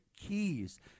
keys